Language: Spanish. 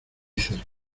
cerca